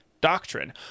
doctrine